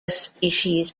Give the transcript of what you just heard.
species